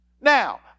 Now